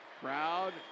Crowd